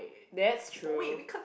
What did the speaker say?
that's true